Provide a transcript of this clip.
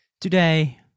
Today